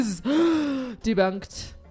debunked